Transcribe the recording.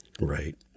Right